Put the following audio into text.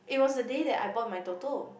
it was the day that I bought my Toto